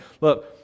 look